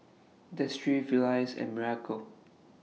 Destry Felice and Miracle